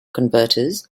converters